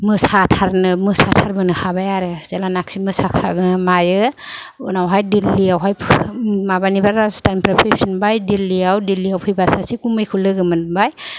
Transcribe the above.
मोसाथारनो मोसाथारबोनो हाबाय आरो जेलानाखि मोसानो हायो उनावहाय दिल्लिआवहाय माबानिफ्राय राजस्थाननिफ्राय फैफिनबाय दिल्लिआव दिल्लिआव फैबा सासे गुमैखौ लोगो मोनबाय